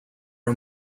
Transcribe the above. are